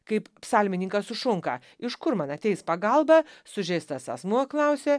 kaip psalmininkas sušunka iš kur man ateis pagalba sužeistas asmuo klausė